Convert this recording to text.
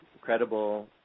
credible